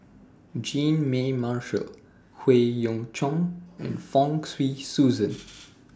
Jean Mary Marshall Howe Yoon Chong and Fong Swee Suan